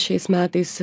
šiais metais